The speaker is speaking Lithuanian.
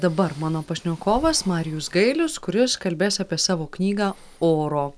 dabar mano pašnekovas marijus gailius kuris kalbės apie savo knygą oro